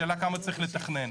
השאלה כמה צריך לתכנן.